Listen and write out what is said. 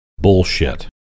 bullshit